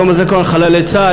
יום הזיכרון לחללי צה"ל,